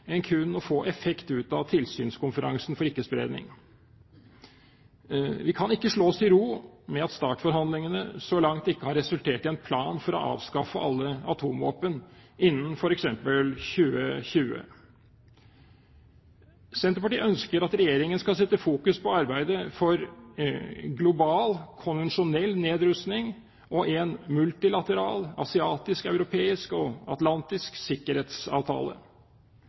enn kun å få effekt ut av tilsynskonferansen for ikke-spredning. Vi kan ikke slå oss til ro med at START-forhandlingene så langt ikke har resultert i en plan for å avskaffe alle atomvåpen innen f.eks. 2020. Senterpartiet ønsker at Regjeringen skal sette fokus på arbeidet for global konvensjonell nedrustning og en multilateral asiatisk, europeisk og atlantisk sikkerhetsavtale.